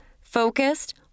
focused